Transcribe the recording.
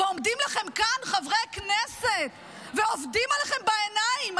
ועומדים לכם כאן חברי כנסת ועובדים עליכם בעיניים,